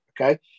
Okay